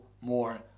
more